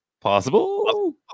Possible